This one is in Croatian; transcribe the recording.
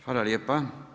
Hvala lijepa.